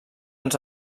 ens